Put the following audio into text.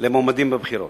למועמדים בבחירות.